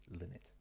limit